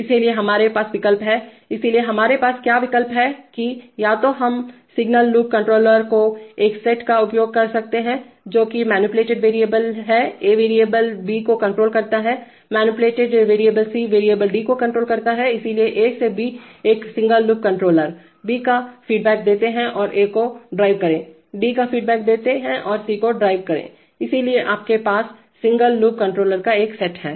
इसलिए हमारे पास विकल्प हैंइसलिए हमारे पास क्या विकल्प हैं कि या तो हम सिंगल लूप कंट्रोलरों के एक सेट का उपयोग कर सकते हैं जो कि मैनिपुलेटेड वेरिएबल है A वेरिएबल B को कंट्रोल करता है manipulated variable C variable D को कंट्रोल करता है इसलिए A से B एक सिंगल लूप कंट्रोलरB का फीडबैक देते हैं और A को ड्राइव करें D का फीडबैक देते हैं और C को ड्राइव करेंइसलिए आपके पास सिंगल लूप कंट्रोलर का एक सेट है